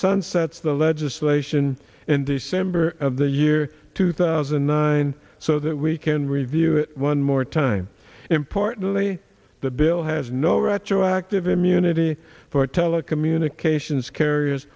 sunsets the legislation andy samberg of the year two thousand and nine so that we can review it one more time importantly the bill has no retroactive immunity for telecommunications carriers